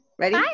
ready